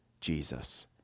Jesus